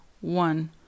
one